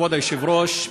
כבוד היושב-ראש,